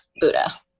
Buddha